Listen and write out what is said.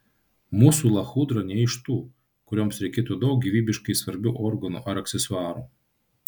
mūsų lachudra ne iš tų kurioms reikėtų daug gyvybiškai svarbių organų ar aksesuarų